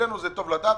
בשבילנו זה טוב לדעת,